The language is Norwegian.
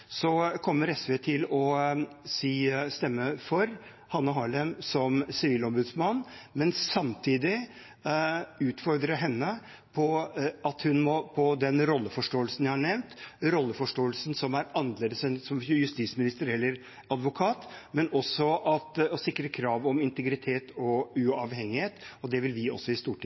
kommer SV til å stemme for Hanne Harlem som sivilombudsmann, men samtidig utfordre henne på at hun må virke ut fra den rolleforståelsen som jeg har nevnt, rolleforståelsen som er annerledes enn som justisminister eller advokat, men også sikre krav om integritet og uavhengighet. Det vil vi i Stortinget